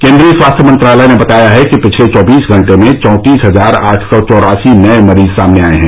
केन्द्रीय स्वास्थ्य मंत्रालय ने बताया है कि पिछले चौबीस घंटे में चौंतीस हजार आठ सौ चौरासी नए मरीज सामने आए हैं